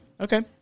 Okay